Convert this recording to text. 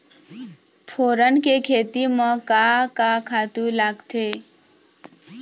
फोरन के खेती म का का खातू लागथे?